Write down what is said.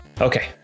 Okay